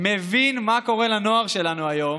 מבין מה קורה לנוער שלנו היום